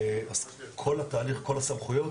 לגבי כל התהליך וכל הסמכויות,